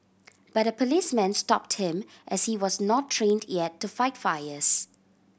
but a policeman stopped him as he was not trained yet to fight fires